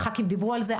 הח"כים דיברו על זה,